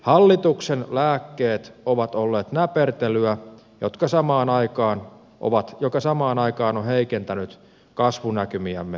hallituksen lääkkeet ovat olleet näpertelyä joka samaan aikaan on heikentänyt kasvunäkymiämme entisestään